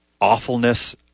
awfulness